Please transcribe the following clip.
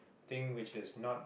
thing which is not